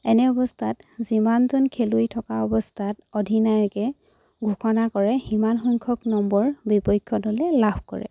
এনে অৱস্থাত যিমানজন খেলুৱৈ থকা অৱস্থাত অধিনায়কে ঘোষণা কৰে সিমান সংখ্যক নম্বৰ বিপক্ষত দলে লাভ কৰে